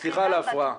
סליחה על ההפרעה.